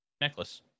necklace